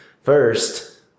first